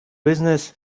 business